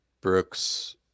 Brooks